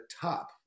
top